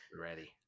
Ready